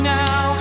now